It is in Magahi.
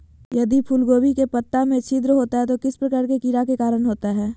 यदि फूलगोभी के पत्ता में छिद्र होता है तो किस प्रकार के कीड़ा के कारण होता है?